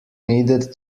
needed